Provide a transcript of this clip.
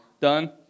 done